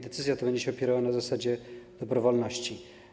Decyzja ta będzie się opierała na zasadzie dobrowolności.